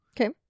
Okay